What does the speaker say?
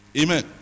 Amen